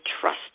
trust